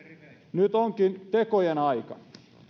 nyt onkin tekojen aika